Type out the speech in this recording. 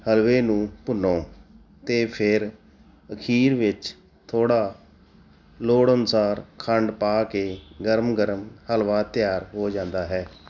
ਹਲਵੇ ਨੂੰ ਭੁੰਨੋ ਅਤੇ ਫੇਰ ਅਖੀਰ ਵਿੱਚ ਥੋੜ੍ਹਾ ਲੋੜ ਅਨੁਸਾਰ ਖੰਡ ਪਾ ਕੇ ਗਰਮ ਗਰਮ ਹਲਵਾ ਤਿਆਰ ਹੋ ਜਾਂਦਾ ਹੈ